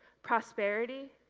prosperity,